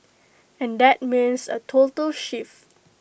and that means A total shift